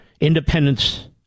independence